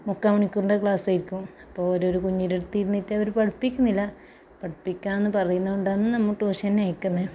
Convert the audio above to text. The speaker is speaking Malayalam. മുക്കാൽ മണിക്കൂറിൻ്റെ ക്ലാസ്സായിരിക്കും അപ്പോൾ ഓരോ ഓരോ കുഞ്ഞിൻ്റെ അടുത്തിരുന്നിട്ടവർ പഠിപ്പിക്കുന്നില്ല പഠിപ്പിക്കാം എന്ന് പറയുന്നത് കൊണ്ടാണ് നമ്മൾ ട്യൂഷന് അയക്കുന്നത്